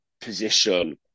position